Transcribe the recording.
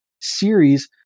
series